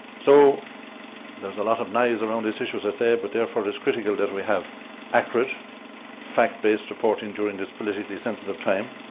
so there's a lot of noise around this issue, as i said, but therefore it's critical that we have accurate fact-based reporting during this politically sensitive time.